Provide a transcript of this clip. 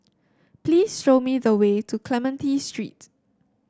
please show me the way to Clementi Street